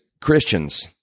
Christians